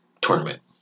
tournament